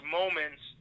moments